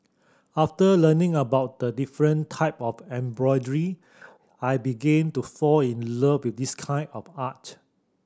after learning about the different type of embroidery I began to fall in love with this kind of art